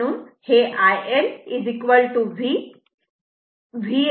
म्हणून हे iL V Vm